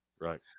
Right